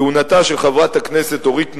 כהונתה של חברת הכנסת אורית נוקד,